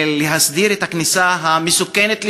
להסדיר את הכניסה המסוכנת לשם,